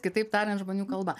kitaip tariant žmonių kalba